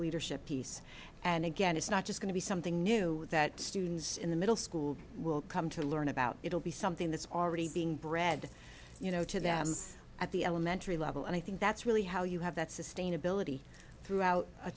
leadership piece and again it's not just going to be something new that students in the middle school will come to learn about it will be something that's already being bred you know to them at the elementary level and i think that's really how you have that sustainability throughout a